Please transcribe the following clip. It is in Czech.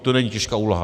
To není těžká úloha.